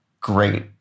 great